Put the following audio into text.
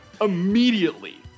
immediately